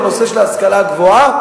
בנושא של ההשכלה הגבוהה,